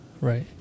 Right